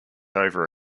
over